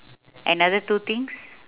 another two things